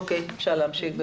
אפשר להמשיך.